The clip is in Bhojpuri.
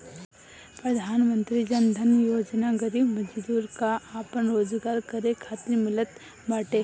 प्रधानमंत्री जन धन योजना गरीब मजदूर कअ आपन रोजगार करे खातिर मिलत बाटे